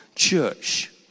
church